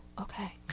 okay